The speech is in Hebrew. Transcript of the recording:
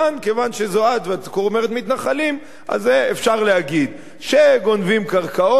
כיוון שזו את ואת אומרת "מתנחלים" אז אפשר להגיד שגונבים קרקעות,